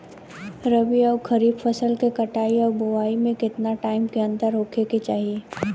रबी आउर खरीफ फसल के कटाई और बोआई मे केतना टाइम के अंतर होखे के चाही?